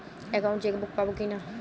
Account chequebook পাবো কি না?